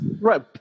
Right